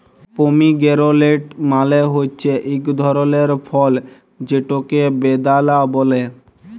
pomegranate মালে হছে ইক ধরলের ফল যেটকে বেদালা ব্যলে